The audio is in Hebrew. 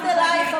בניגוד אלייך,